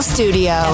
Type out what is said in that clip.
Studio